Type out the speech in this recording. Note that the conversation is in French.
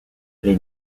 les